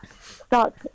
start